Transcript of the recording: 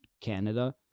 Canada